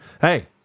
hey